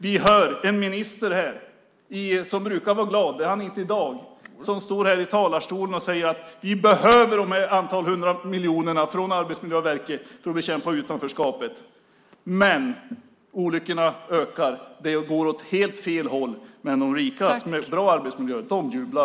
Vi hör en minister som brukar vara glad - det är han inte i dag - stå här i talarstolen och säga att vi behöver det här antalet hundra miljoner från Arbetsmiljöverket för att bekämpa utanförskapet. Men antalet olyckor ökar. Det går åt helt fel håll, men de rika som har en bra arbetsmiljö jublar.